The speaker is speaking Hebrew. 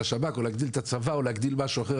השב"כ או להגדיל את הצבא או להגדיל משהו אחר,